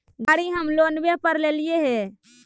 गाड़ी हम लोनवे पर लेलिऐ हे?